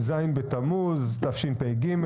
ז' בתמוז תשפ"ג,